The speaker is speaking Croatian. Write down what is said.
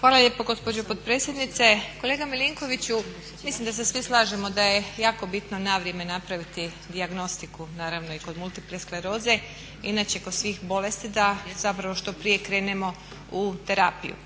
Hvala lijepo gospođo potpredsjednice. Kolega Milinkoviću, mislim da se svi slažemo da je jako bitno na vrijeme napraviti dijagnostiku, naravno i kod multiple skleroze. Inače kod svih bolesti da zapravo što prije krenemo u terapiju.